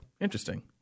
Interesting